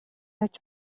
гэж